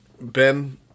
Ben